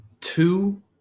two